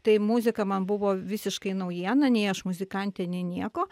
tai muzika man buvo visiškai naujiena nei aš muzikantė nei nieko